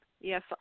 Yes